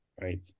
Right